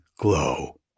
glow